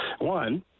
one –